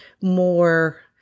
more